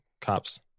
cops